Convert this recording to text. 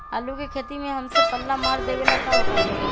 आलू के खेती में हमेसा पल्ला मार देवे ला का उपाय करी?